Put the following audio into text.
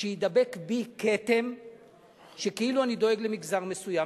שידבק בי כתם כאילו אני דואג למגזר מסוים,